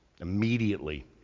Immediately